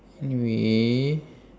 anyway